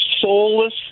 soulless